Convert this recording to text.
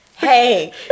Hey